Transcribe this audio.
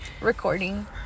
recording